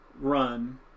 run